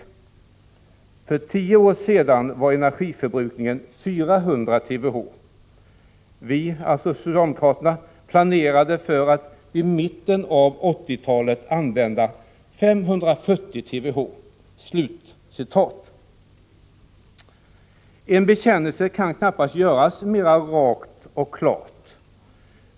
För tio år sedan var energiförbrukningen 400 TWh. Vi ”— socialdemokraterna — ”planerade för att vid mitten av 1980-talet använda 540 TWh.” En bekännelse kan knappast göras mer rakt och klart.